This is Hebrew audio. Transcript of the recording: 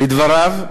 לדבריו,